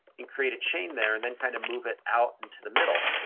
and create a chain there and then kind of move it out into the middle.